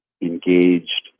engaged